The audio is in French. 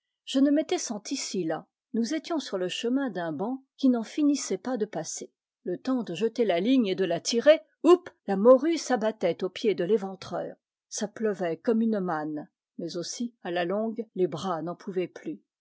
las nous étions sur le chemin d'un banc qui n'en finissait pas de passer le temps de jeter la ligne et de la tirer houp la morue s'abattait aux pieds de l'éventreur ça pleuvait comme une manne mais aussi à la longue les bras n'en pouvaient plus